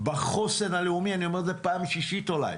בחוסן הלאומי, אני אומר את זה פעם שישית אולי,